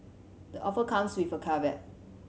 the offer comes with a caveat